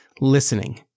listening